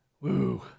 Woo